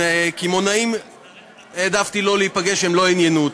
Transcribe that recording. עם קמעונאים העדפתי לא להיפגש, הם לא עניינו אותי.